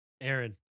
Aaron